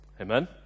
Amen